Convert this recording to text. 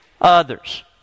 others